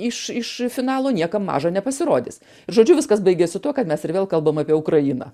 iš iš finalo niekam maža nepasirodys žodžiu viskas baigiasi tuo kad mes ir vėl kalbam apie ukrainą